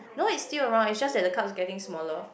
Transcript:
no it's still around it's just that the cup's getting smaller